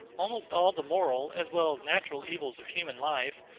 almost all the moral, as well as natural evils of human life,